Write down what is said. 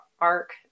arc